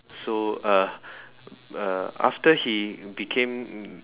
so uh uh after he became